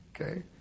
okay